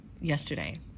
yesterday